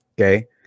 okay